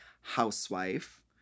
housewife